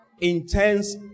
Intense